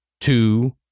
two